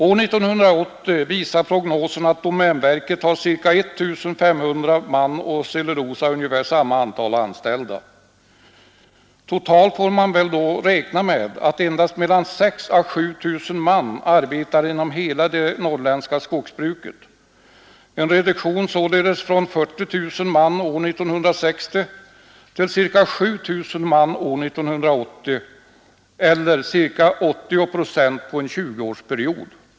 År 1980 visar prognosen att domänverket har ca 1 500 man och SCA ungefär samma antal anställda. Totalt får man väl då räkna med att endast mellan 6 000 och 7000 man arbetar inom hela det norrländska skogsbruket. En reduktion således från 40 000 man år 1960 till ca 7 000 man år 1980 eller ca 80 procent på en 20-årsperiod.